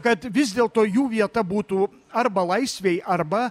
kad vis dėlto jų vieta būtų arba laisvėj arba